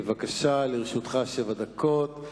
בבקשה, לרשותך שבע דקות.